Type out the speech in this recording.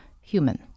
human